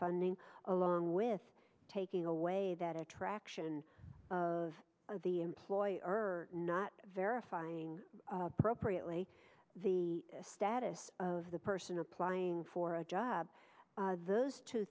funding along with taking away that attraction of the employer not verifying propre only the status of the person applying for a job those two